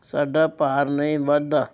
ਸਾਡਾ ਭਾਰ ਨਹੀਂ ਵੱਧਦਾ